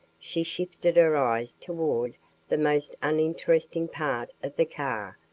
she shifted her eyes toward the most uninteresting part of the car,